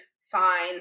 fine